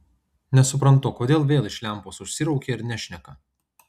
nesuprantu kodėl vėl iš lempos užsiraukė ir nešneka